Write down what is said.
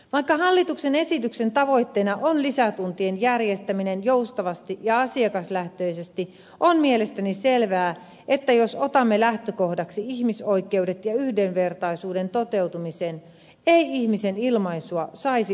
vaikka hallituksen esityksen tavoitteena on lisätuntien järjestäminen joustavasti ja asiakaslähtöisesti on mielestäni selvää että jos otamme lähtökohdaksi ihmisoikeudet ja yhdenvertaisuuden toteutumisen ei ihmisen ilmaisua saisi rajoittaa lainsäädännöllä